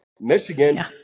Michigan